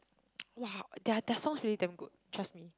!wah! their their songs really damn good trust me